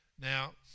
Now